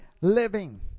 living